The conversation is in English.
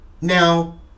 Now